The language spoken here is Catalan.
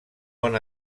bon